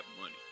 money